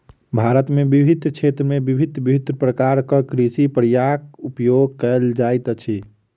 भारत में विभिन्न क्षेत्र में भिन्न भिन्न प्रकारक कृषि प्रक्रियाक उपयोग कएल जाइत अछि